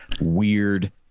weird